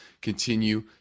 continue